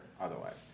otherwise